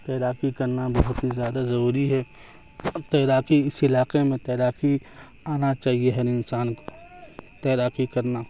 تیراکی کرنا بہت ہی زیادہ ضروری ہے تیراکی اس علاقے میں تیراکی آنا چاہیے ہر انسان کو تیراکی کرنا